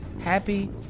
Happy